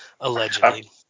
Allegedly